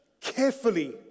carefully